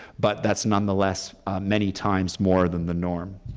but that's nonetheless many times more than the norm.